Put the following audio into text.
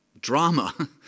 drama